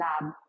lab